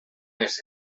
els